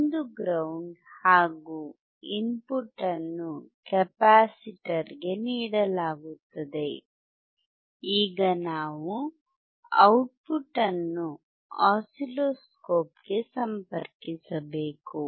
ಒಂದು ಗ್ರೌಂಡ್ ಹಾಗು ಇನ್ಪುಟ್ ಅನ್ನು ಕೆಪಾಸಿಟರ್ಗೆ ನೀಡಲಾಗುತ್ತದೆ ಈಗ ನಾವು ಔಟ್ಪುಟ್ ಅನ್ನು ಆಸಿಲ್ಲೋಸ್ಕೋಪ್ ಗೆ ಸಂಪರ್ಕಿಸಬೇಕು